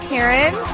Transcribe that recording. Karen